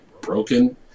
broken